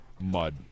mud